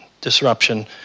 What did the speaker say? disruption